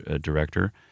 director